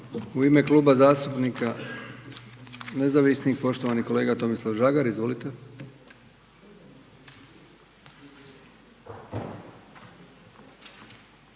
U ime Kluba zastupnika nezavisnih poštovani kolega Tomislav Žagar, izvolite.